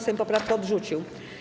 Sejm poprawkę odrzucił.